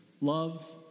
love